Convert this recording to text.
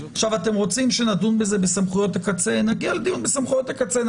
אם אתם רוצים שנדון בזה בסמכויות הקצה נגיע לדיון בסמכויות הקצה.